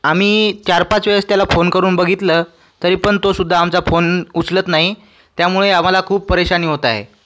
आम्ही चारपाच वेळेस त्याला फोन करून बघितलं तरीपण तोसुद्धा आमचा फोन उचलत नाही त्यामुळे आम्हाला खूप परेशानी होत आहे